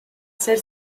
ser